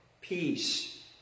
peace